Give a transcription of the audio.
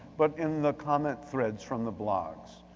but in the comment threads from the blogs.